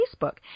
Facebook